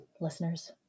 listeners